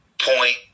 point